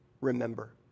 remember